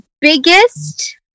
biggest